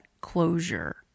closure